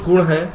कुछ गुण हैं